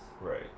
Right